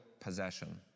possession